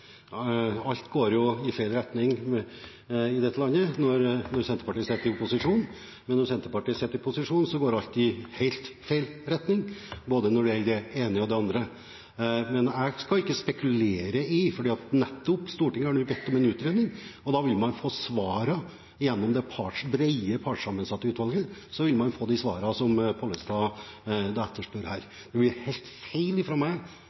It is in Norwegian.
Alt går jo i feil retning i dette landet når Senterpartiet sitter i opposisjon, men når Senterpartiet sitter i posisjon, går alt i helt feil retning når det gjelder både det ene og det andre. Jeg skal ikke spekulere i dette, for Stortinget har nå bedt om en utredning. Da vil man, gjennom det brede partssammensatte utvalget, få de svarene som Pollestad her etterspør. Det blir helt feil av meg